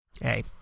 hey